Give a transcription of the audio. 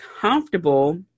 comfortable